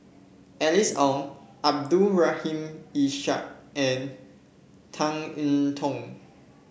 Alice Ong Abdul Rahim Ishak and Tan I Tong